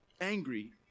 angry